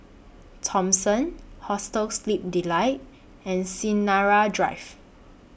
Thomson Hostel Sleep Delight and Sinaran Drive